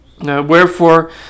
Wherefore